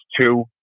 two